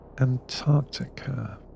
Antarctica